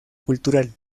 cultural